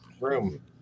room